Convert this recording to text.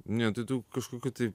ne tai tų kažkokių